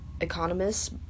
economists